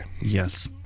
yes